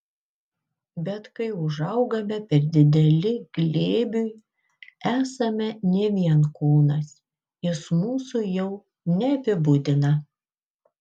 bet kai užaugame per dideli glėbiui esame ne vien kūnas jis mūsų jau neapibūdina